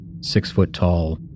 six-foot-tall